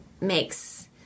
makes